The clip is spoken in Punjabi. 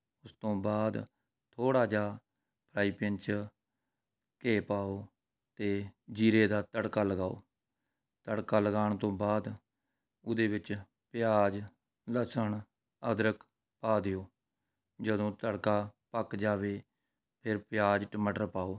ਇਸ ਤੋਂ ਬਾਅਦ ਥੋੜ੍ਹਾ ਜਿਹਾ ਫਰਾਈਪੈਨ 'ਚ ਘਿਉ ਪਾਓ ਅਤੇ ਜ਼ੀਰੇ ਦਾ ਤੜਕਾ ਲਗਾਓ ਤੜਕਾ ਲਗਾਉਣ ਤੋਂ ਬਾਅਦ ਉਹਦੇ ਵਿੱਚ ਪਿਆਜ਼ ਲੱਸਣ ਅਦਰਕ ਪਾ ਦਿਓ ਜਦੋਂ ਤੜਕਾ ਪੱਕ ਜਾਵੇ ਫਿਰ ਪਿਆਜ਼ ਟਮਾਟਰ ਪਾਓ